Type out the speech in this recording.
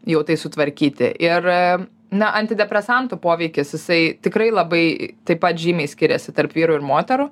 jau tai sutvarkyti ir na antidepresantų poveikis jisai tikrai labai taip pat žymiai skiriasi tarp vyrų ir moterų